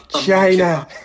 China